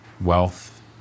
wealth